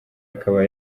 akaba